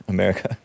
America